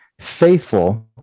faithful